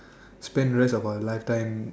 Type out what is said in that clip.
spend the rest of our lifetime